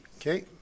Okay